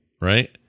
right